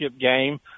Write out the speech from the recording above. game